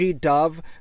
Dove